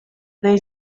they